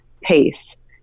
pace